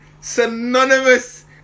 synonymous